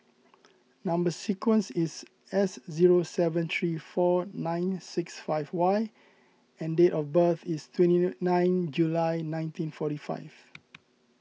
Number Sequence is S zero seven three four nine six five Y and date of birth is twenty nine July nineteen forty five